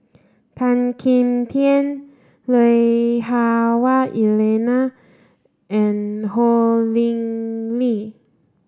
Tan Kim Tian Lui Hah Wah Elena and Ho Lee Ling